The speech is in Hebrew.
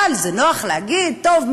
אבל זה נוח להגיד: טוב,